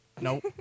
Nope